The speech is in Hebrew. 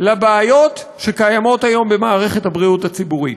את הבעיות שקיימות היום במערכת הבריאות הציבורית.